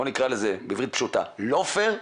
בוא נקרא לזה בעברית פשוטה: לא פר.